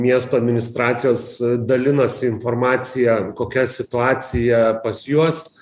miesto administracijos dalinosi informacija kokia situacija pas juos